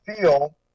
feel